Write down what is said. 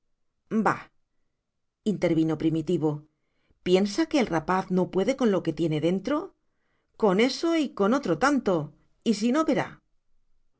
intervino primitivo piensa que el rapaz no puede con lo que tiene dentro con eso y con otro tanto y si no verá